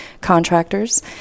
contractors